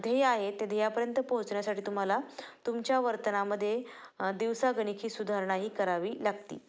ध्येय आहे त्या ध्येयापर्यंत पोहोचण्यासाठी तुम्हाला तुमच्या वर्तनामध्ये दिवसागणिक ही सुधारणाही करावी लागते